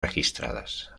registradas